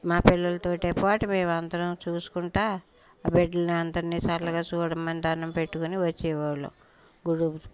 మా పిల్లలతో పాటి మేము అందరం చూసుకుంటూ బిడ్డల్ని అందరిని సరళిగా చూడమని దండం పెట్టుకొని వచ్చేవాళ్ళం గుడు